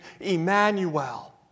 Emmanuel